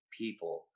people